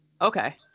okay